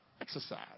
Exercise